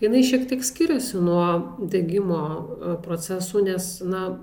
jinai šiek tiek skiriasi nuo degimo procesų nes na